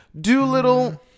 Doolittle